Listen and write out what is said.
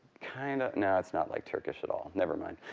kind of no, it's not like turkish at all. never mind.